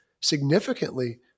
significantly